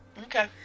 Okay